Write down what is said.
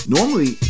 Normally